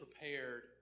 prepared